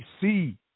see